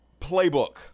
playbook